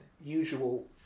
usual